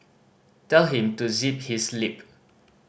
tell him to zip his lip